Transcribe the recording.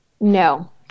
No